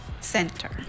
Center